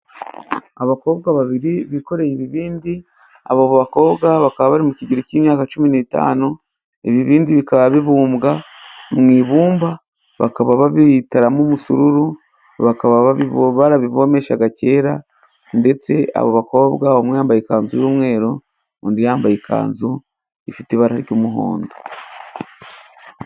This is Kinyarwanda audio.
Abakobwa babiri bikoreye ibibindi ,abo bakobwa bakaba bari mu kigero cy'imyaka cumi n'itanu. Ibibindi bikaba bibumbwa mu ibumba ,bakaba babitaramo umusururu, bakaba barabivomeshaga kera ,ndetse abo bakobwa bambaye ikanzu y'umweru ,undi yambaye ikanzu ifite ibara ry'umuhondo.